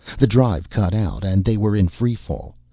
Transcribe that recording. the drive cut out and they were in free fall.